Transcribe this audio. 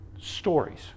stories